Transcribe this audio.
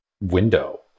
window